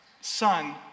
son